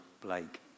Blake